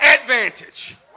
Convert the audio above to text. advantage